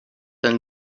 and